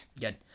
Good